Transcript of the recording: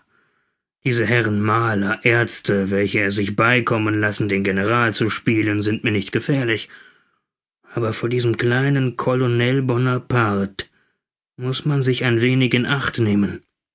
diese herren maler aerzte welche es sich beikommen lassen den general zu spielen sind mir nicht gefährlich aber vor diesem kleinen colonel bonaparte muß man sich ein wenig in acht nehmen